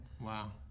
Wow